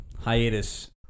hiatus